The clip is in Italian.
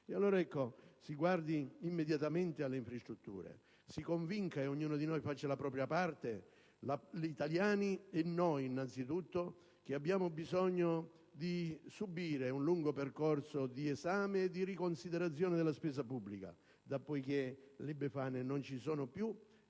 allora immediatamente alle infrastrutture. Ognuno di noi faccia la propria parte per convincere gli italiani, e noi innanzitutto, che abbiamo bisogno di subire un lungo percorso di esame e di riconsiderazione della spesa pubblica, poiché le Befane non ci sono più,